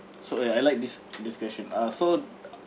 so ya I like this this question ah so